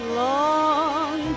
long